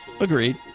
Agreed